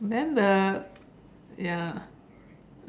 then the ya